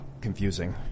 confusing